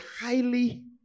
highly